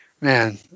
Man